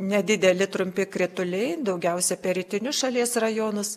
nedideli trumpi krituliai daugiausia per rytinius šalies rajonus